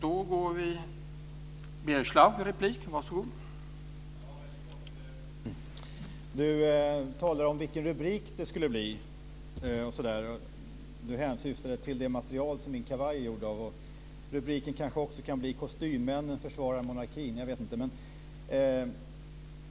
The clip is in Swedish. Herr talman! Pär Axel Sahlberg talar om vilken rubrik det skulle kunna bli. Han hänsyftade till det material som min kavaj är gjord av. Rubriken kan kanske också bli "Kostymmännen försvarar monarkin".